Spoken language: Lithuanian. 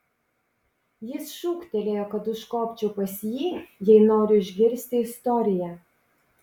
jis šūktelėjo kad užkopčiau pas jį jei noriu išgirsti istoriją